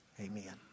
Amen